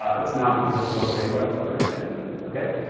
it's not just low paying jobs that are expanding there, okay?